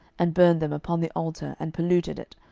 and burned them upon the altar, and polluted it,